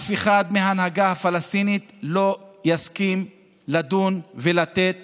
אף אחד מההנהגה הפלסטינית לא יסכים לדון ולתת